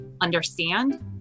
understand